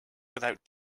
without